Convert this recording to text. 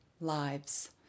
lives